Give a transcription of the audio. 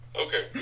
Okay